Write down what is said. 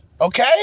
Okay